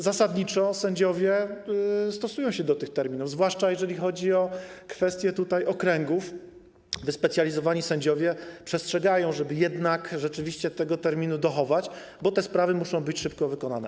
Zasadniczo sędziowie stosują się do tych terminów, zwłaszcza jeżeli chodzi o kwestie okręgów, to wyspecjalizowani sędziowie przestrzegają, żeby jednak rzeczywiście tego terminu dochować, bo te sprawy muszą być szybko wykonane.